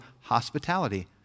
hospitality